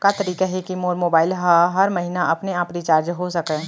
का तरीका हे कि मोर मोबाइल ह हर महीना अपने आप रिचार्ज हो सकय?